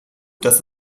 dass